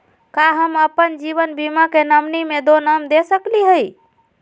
का हम अप्पन जीवन बीमा के नॉमिनी में दो नाम दे सकली हई?